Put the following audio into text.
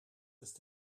ist